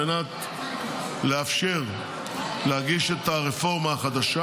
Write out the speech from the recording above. כדי לאפשר להגיש את הרפורמה החדשה.